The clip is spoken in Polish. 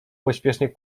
pośpiesznie